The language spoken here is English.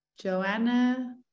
Joanna